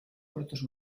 puertos